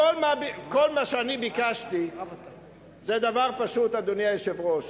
כל מה שאני ביקשתי זה דבר פשוט, אדוני היושב-ראש,